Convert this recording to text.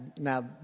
now